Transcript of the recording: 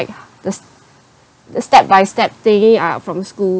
the s~ the step by step thingy are from school